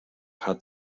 hat